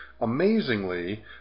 Amazingly